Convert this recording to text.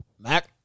Mac